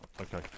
okay